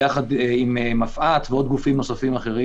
יחד עם מפא"ת וגופים אחרים.